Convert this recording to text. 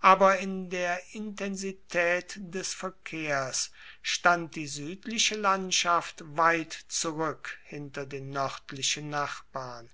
aber in der intensitaet des verkehrs stand die suedliche landschaft weit zurueck hinter den noerdlichen nachbarn